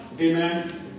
amen